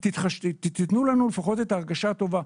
תנו לנו לפחות את ההרגשה הטובה.